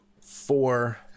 four